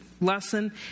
lesson